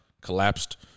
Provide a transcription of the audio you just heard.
collapsed